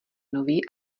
nový